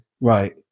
Right